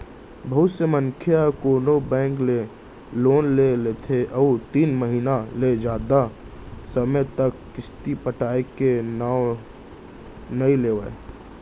बहुत से मनसे ह कोनो बेंक ले लोन ले लेथे अउ तीन महिना ले जादा समे तक किस्ती पटाय के नांव नइ लेवय